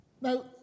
Now